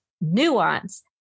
nuance